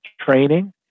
training